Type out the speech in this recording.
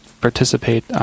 participate